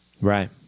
Right